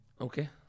Okay